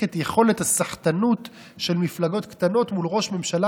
את יכולת הסחטנות של מפלגות קטנות מול ראש ממשלה